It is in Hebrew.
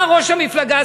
אמר ראש המפלגה,